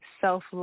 self